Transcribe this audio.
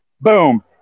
boom